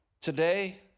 today